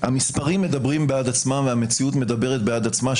המספרים מדברים בעד עצמם והמציאות מדברת בעד עצמה.